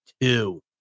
two